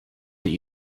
that